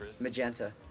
Magenta